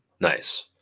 Nice